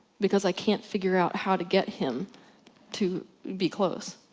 because i can't figure out how to get him to be close.